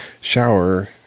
shower